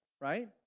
right